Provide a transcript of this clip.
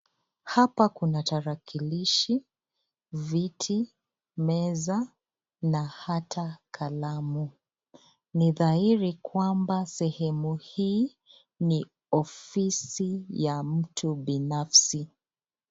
Hapa kuna tarakilishi, viti, meza na hata kalamu. Ni dhahiri kwamba sehemu hii ni ofisi ya mtu binafsi.